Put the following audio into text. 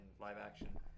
live-action